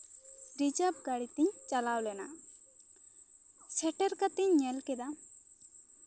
reserve ᱜᱟᱹᱰᱤ ᱛᱤᱧ ᱪᱟᱞᱟᱣ ᱞᱮᱱᱟ ᱥᱮᱴᱮᱨ ᱠᱟᱛᱮᱧ ᱧᱮᱞ ᱠᱮᱫᱟ